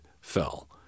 fell